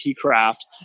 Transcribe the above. craft